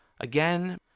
Again